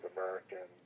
American